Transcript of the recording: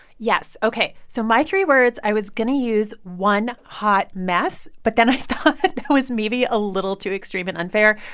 yes. ok. so my three words i was going to use one hot mess, but then i thought that was maybe a little too extreme and unfair.